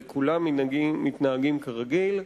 וכולם מתנהגים כרגיל.